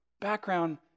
background